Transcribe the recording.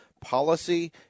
policy